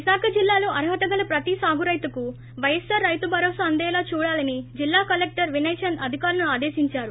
విశాఖ జిల్లాలో అర్హత గల ప్రతి సాగు రైతుకు ప్రైస్ఆర్ రైతు భరోసా అందేలా చూడాలని జిల్లా కలెక్లరు వి వినయ్ చంద్ అధికారులను ఆదేశించారు